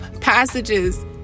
passages